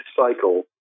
cycle